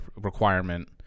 requirement